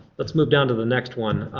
let's move down to the next one.